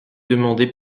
demander